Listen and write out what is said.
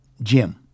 Jim